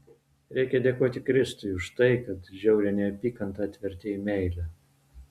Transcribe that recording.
reikia dėkoti kristui už tai kad žiaurią neapykantą atvertė į meilę